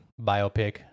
biopic